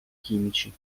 chimici